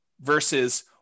versus